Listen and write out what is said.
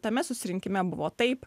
tame susirinkime buvo taip